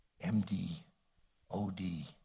M-D-O-D